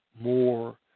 more